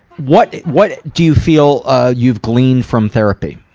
what, what do you feel you've gleaned from therapy?